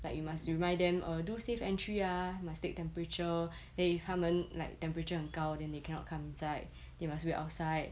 like you must remind them err do safe entry ah must take temperature then if 他们 like temperature 很高 then they cannot come inside they must wait outside